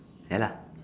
ya lah